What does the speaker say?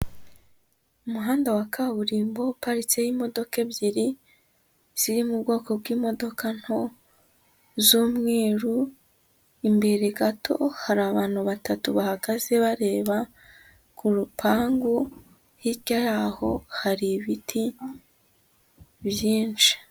Umuhanda wa kaburimbo uparitseho imodoka ebyiri, ziri mu bwoko bw'imodoka nto z'umweru, imbere gato hari abantu batatu bahagaze bareba, ku rupangu, hirya y'aho hari ibiti byinshi.